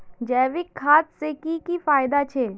जैविक खाद से की की फायदा छे?